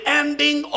ending